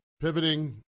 pivoting